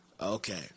okay